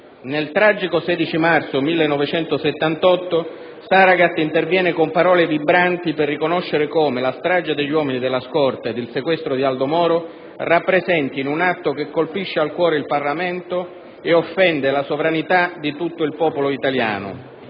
nel tragico 16 marzo 1978 Saragat interviene con parole vibranti per riconoscere come la strage degli uomini della scorta ed il sequestro di Aldo Moro rappresentino un «atto che colpisce al cuore il Parlamento e offende la sovranità di tutto il popolo italiano;